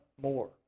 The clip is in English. more